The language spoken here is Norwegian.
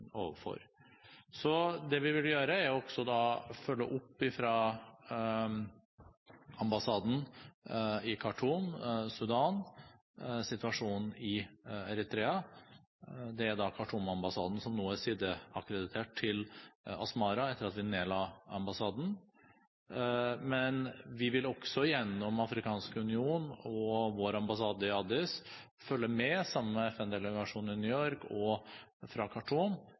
det vi vil gjøre, er å følge opp situasjonen i Eritrea fra ambassaden i Khartoum i Sudan. Det er Khartoum-ambassaden som nå er sideakkreditert til Asmara, etter at vi la ned ambassaden. Men vi vil også gjennom Den afrikanske union og vår ambassade i Addis Abeba, sammen med FN-delegasjonen i New York og fra